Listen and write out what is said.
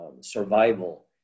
survival